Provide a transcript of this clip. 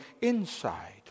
inside